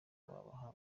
babaha